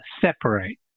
separate